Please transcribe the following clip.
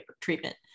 treatment